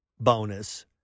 bonus